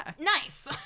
Nice